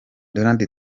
donald